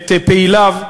את פעיליו,